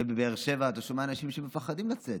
ובבאר שבע אתה שומע על אנשים שמפחדים לצאת.